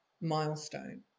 milestone